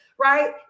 right